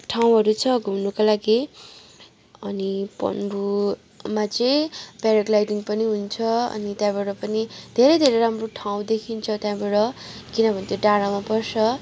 ठाउँहरू छ घुम्नुको लागि अनि पन्बूमा चाहिँ प्याराग्लाइडिङ पनि हुन्छ अनि त्यहाँबाट पनि धेरै धेरै राम्रो ठाउँ देखिन्छ त्यहाँबाट किनभने त्यो डाँडामा पर्छ